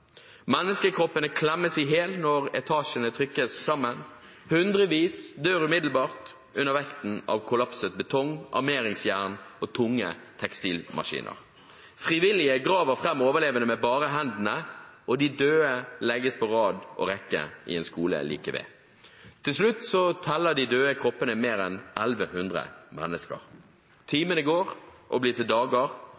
Menneskekroppene klemmes i hjel når etasjene trykkes sammen. Hundrevis dør umiddelbart under vekten av kollapset betong, armeringsjern og tunge tekstilmaskiner. Frivillige graver fram overlevende med bare hendene, og de døde legges på rad og rekke i en skole like ved. Til slutt teller de døde kroppene mer enn 1 100 mennesker.